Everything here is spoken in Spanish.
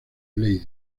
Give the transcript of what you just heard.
lady